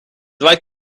like